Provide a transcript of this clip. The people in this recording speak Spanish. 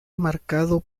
marcado